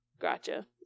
Gotcha